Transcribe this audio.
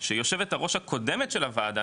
שיושבת הראש הקודמת של הוועדה,